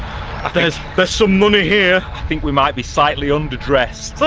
there's there's some money here. i think we might be slightly underdressed.